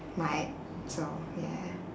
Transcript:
might so yeah